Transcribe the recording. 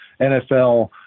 NFL